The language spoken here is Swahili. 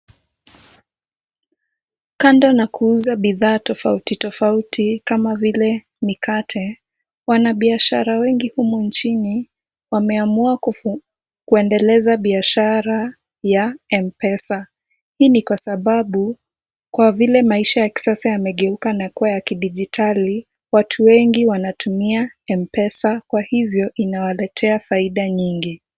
Kando na kuuza bidhaa tofauti tofauti kama vile mikate, wanabiashara wengi humu nchini wameamua kuendeleza biashara ya M-Pesa, hii ni kwa sababu, kwa vile maisha ya kisasa yamegeuka na kuwa ya kidijitali. Watu wengi wanatumia M-Pesa kwa hivyo inawaletea faida nyingi.